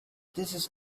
this